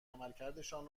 عملکردشان